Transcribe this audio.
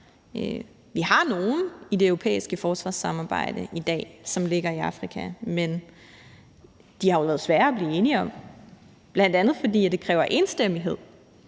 Vi har nogle i det europæiske forsvarssamarbejde i dag, som ligger i Afrika, men de har jo været svære at blive enige om, bl.a. fordi det kræver enstemmighed,